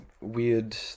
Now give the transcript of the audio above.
weird